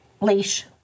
leash